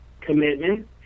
commitment